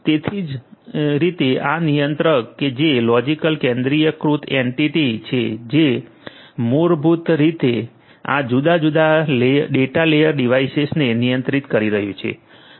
તે જ રીતે આ નિયંત્રક છે જે લોજિકલ કેન્દ્રીયકૃત એન્ટિટી છે જે મૂળભૂત રીતે આ જુદા જુદા ડેટા લેયર ડિવાઇસેસને નિયંત્રિત કરી રહ્યું છે